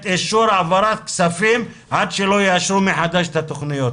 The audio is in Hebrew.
אישורי העברת כספים עד שלא יאשרו מחדש את התוכניות.